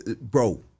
Bro